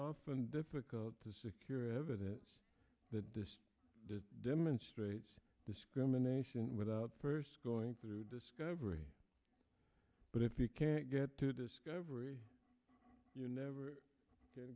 often difficult to secure evidence that this demonstrates discrimination without first going through discovery but if you can't get to discovery you never get t